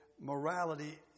morality